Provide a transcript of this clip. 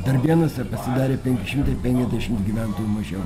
darbėnuose pasidarė penki šimtai penkiasdešimt gyventojų mažiau